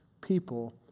people